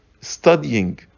studying